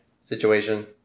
situation